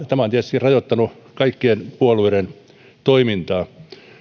tämä on tietysti rajoittanut kaikkien puolueiden toimintaa